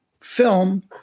film